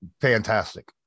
fantastic